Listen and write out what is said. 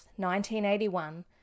1981